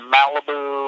Malibu